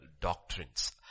doctrines